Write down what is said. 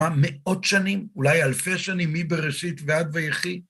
מאות שנים, אולי אלפי שנים, מבראשית ועד ויחי...